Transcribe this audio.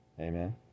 Amen